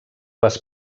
les